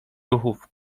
ruchów